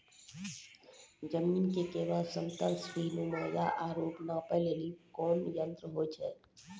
जमीन के लेवल समतल सीढी नुमा या औरो नापै लेली कोन यंत्र होय छै?